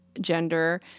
gender